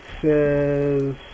says